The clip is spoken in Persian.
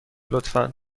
لطفا